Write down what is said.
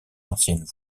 anciennes